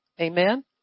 Amen